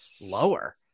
lower